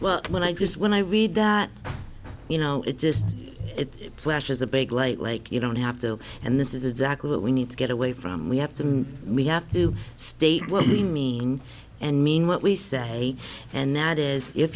well when i just when i read that you know it just it flashes a big light like you don't have to and this is exactly what we need to get away from we have to we have to state what we mean and mean what we say and